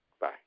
Bye